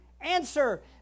Answer